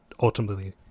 ultimately